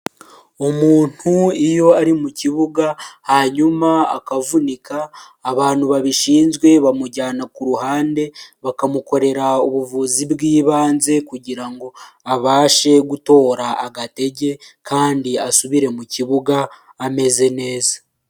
Umuntu iyo ari mu kibuga hanyuma akavunika, abantu babishinzwe bamujyana ku ruhande bakamukorera ubuvuzi bw'ibanze kugira ngo abashe gutora agatege kandi asubire mu kibuga ameze neza.